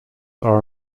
are